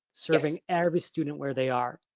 serving every student where they are.